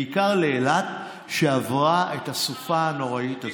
בעיקר לאילת, שעברה את הסופה הנוראית הזאת.